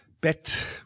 bet